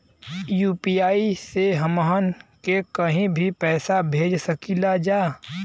UPI से हमहन के कहीं भी पैसा भेज सकीला जा?